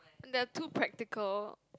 when they're too practical